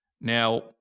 Now